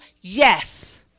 Yes